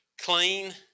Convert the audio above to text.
clean